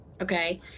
Okay